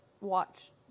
watch